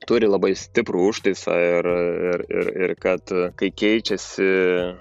turi labai stiprų užtaisą ir ir kad kai keičiasi